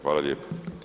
Hvala lijepo.